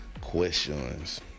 questions